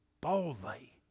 Boldly